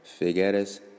Figueres